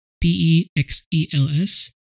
P-E-X-E-L-S